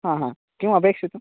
हा हा किम् अपेक्षितम्